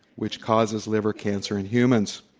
which causes liver cancer in humans.